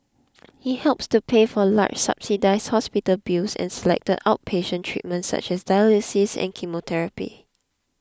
it helps to pay for large subsidised hospital bills and selected outpatient treatments such as dialysis and chemotherapy